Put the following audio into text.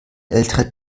ältere